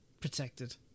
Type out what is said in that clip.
protected